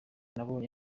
nabonye